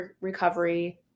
recovery